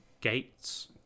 Gates